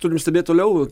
turim stebėt toliau